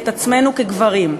את עצמנו כגברים.